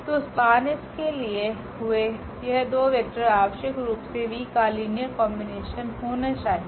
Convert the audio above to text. तो SPAN𝑆 से लिए हुए यह दो वेक्टर आवश्यक रूप से v का लीनियर कॉम्बिनेशन होना चाहिए